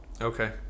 Okay